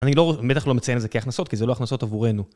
אני לא, בטח לא מציין את זה כהכנסות, כי זה לא הכנסות עבורנו.